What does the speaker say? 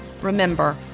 Remember